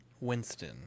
Winston